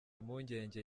impungenge